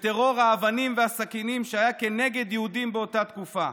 וטרור האבנים והסכינים שהיה כנגד יהודים באותה תקופה.